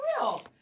real